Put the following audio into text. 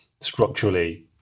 structurally